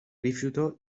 rifiutò